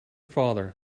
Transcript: father